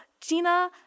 Gina